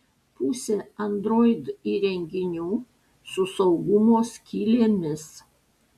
pusė android įrenginių su saugumo skylėmis